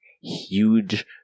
Huge